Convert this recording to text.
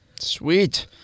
sweet